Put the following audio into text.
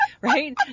Right